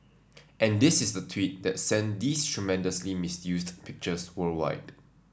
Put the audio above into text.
and this is the tweet that sent these tremendously misused pictures worldwide